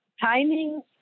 timing-